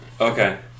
Okay